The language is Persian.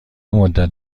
مدت